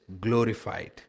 glorified